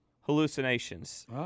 hallucinations